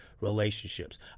relationships